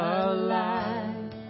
alive